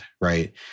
right